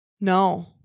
No